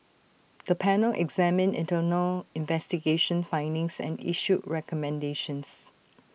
the panel examined internal investigation findings and issued recommendations